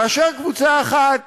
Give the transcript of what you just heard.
כאשר קבוצה אחת